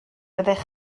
fyddech